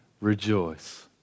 rejoice